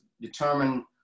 determine